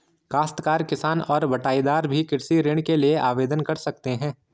काश्तकार किसान और बटाईदार भी कृषि ऋण के लिए आवेदन कर सकते हैं